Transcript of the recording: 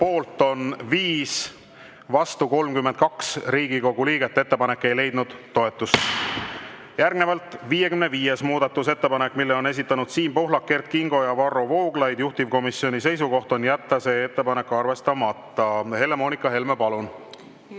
poolt on 4 Riigikogu liiget, vastu 29. Ettepanek ei leidnud toetust. Järgnevalt 56. muudatusettepanek, mille on esitanud Siim Pohlak, Kert Kingo ja Varro Vooglaid. Juhtivkomisjoni seisukoht on jätta see ettepanek arvestamata. Helle-Moonika Helme, palun!